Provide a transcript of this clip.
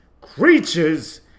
creatures